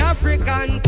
African